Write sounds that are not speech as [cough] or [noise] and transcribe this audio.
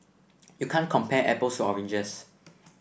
[noise] you can't compare apples to oranges